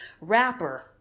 rapper